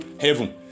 heaven